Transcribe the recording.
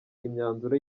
imyanzuro